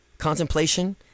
Contemplation